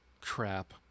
crap